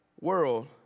world